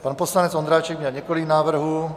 Pan poslanec Ondráček měl několik návrhů.